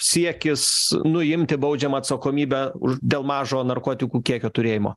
siekis nuimti baudžiamą atsakomybę už dėl mažo narkotikų kiekio turėjimo